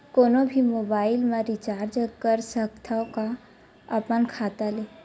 कोनो भी मोबाइल मा रिचार्ज कर सकथव का अपन खाता ले?